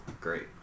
Great